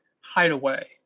Hideaway